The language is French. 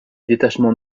détachements